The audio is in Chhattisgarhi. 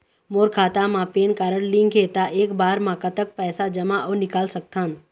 मोर खाता मा पेन कारड लिंक हे ता एक बार मा कतक पैसा जमा अऊ निकाल सकथन?